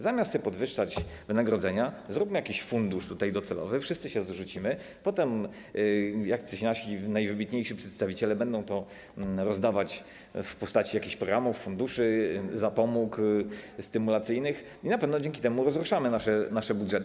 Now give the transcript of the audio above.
Zamiast sobie podwyższać wynagrodzenia zróbmy jakiś fundusz docelowy, wszyscy się zrzucimy, potem jacyś nasi najwybitniejsi przedstawiciele będą to rozdawać w postaci jakichś programów, funduszy, zapomóg stymulacyjnych i na pewno dzięki temu rozruszamy nasze budżety.